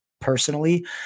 personally